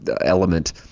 element